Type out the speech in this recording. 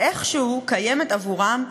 שאיכשהו קיימת עבורם,